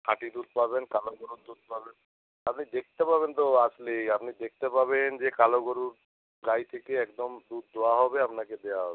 খাঁটি দুধ পাবেন কালো গরুর দুধ পাবেন আপনি দেখতে পাবেন তো আসলেই আপনি দেখতে পাবেন যে কালো গরুর গাই থেকে একদম দুধ দোয়া হবে আপনাকে দেয়া হবে